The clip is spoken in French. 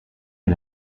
est